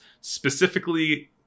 specifically